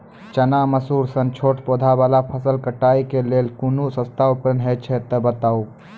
चना, मसूर सन छोट पौधा वाला फसल कटाई के लेल कूनू सस्ता उपकरण हे छै तऽ बताऊ?